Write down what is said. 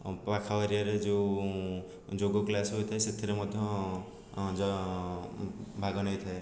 ପାଖ ଏରିଆରେ ଯୋଉ ଯୋଗ କ୍ଲାସ୍ ହୋଇଥାଏ ସେଥିରେ ମଧ୍ୟ ଭାଗ ନେଇଥାଏ